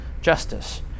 justice